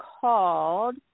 called